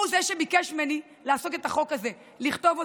הוא זה שביקש ממני ליזום את החוק הזה, לכתוב אותו,